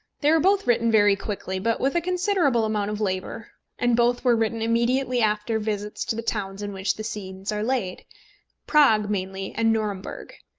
they were both written very quickly, but with a considerable amount of labour and both were written immediately after visits to the towns in which the scenes are laid prague, mainly, and nuremberg.